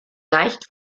leicht